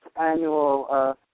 annual